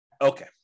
okay